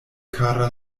kara